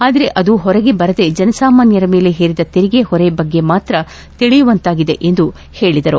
ಆದರೆ ಅದು ಹೊರಗೆ ಬರದೆ ಜನಸಾಮಾನ್ಯರ ಮೇಲೆ ಹೇರಿದ ತೆರಿಗೆ ಹೊರೆ ಬಗ್ಗೆ ಮಾತ್ರ ತಿಳಿಯುವಂತಾಗಿದೆ ಎಂದು ಹೇಳಿದರು